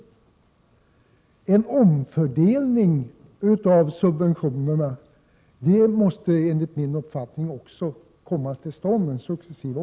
En successiv omfördelning av subventionerna måste enligt min uppfattning också komma till stånd.